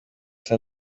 ste